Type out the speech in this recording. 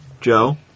Joe